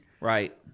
Right